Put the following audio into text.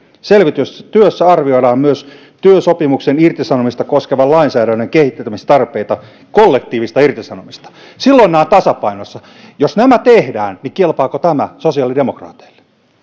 selvitystyössä arvioidaan myös työsopimuksen irtisanomista koskevan lainsäädännön kehittämistarpeita kollektiivista irtisanomista silloin nämä ovat tasapainossa jos nämä tehdään niin kelpaako tämä sosiaalidemokraateille